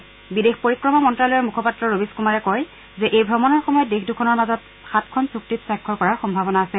বৈদেশিক পৰিক্ৰমা মন্ত্যালয়ৰ মুখপাত্ৰ ৰবীশ কুমাৰে কয় যে এই ভ্ৰমণৰ সময়ত দেশ দুখনৰ মাজত সাতখন চুক্তিত স্বাক্ষৰ কৰাৰ সম্ভাৱনা আছে